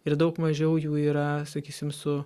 ir daug mažiau jų yra sakysim su